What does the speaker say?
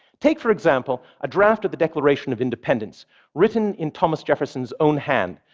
take, for example, a draft of the declaration of independence written in thomas jefferson's own hand,